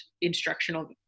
instructional